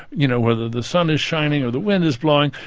you know, whether the sun is shining or the wind is blowing,